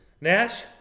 Nash